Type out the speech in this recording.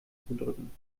zudrücken